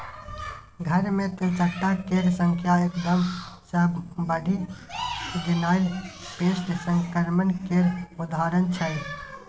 घर मे तेलचट्टा केर संख्या एकदम सँ बढ़ि गेनाइ पेस्ट संक्रमण केर उदाहरण छै